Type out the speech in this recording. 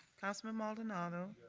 councilman maldonado.